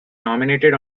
nominated